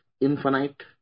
infinite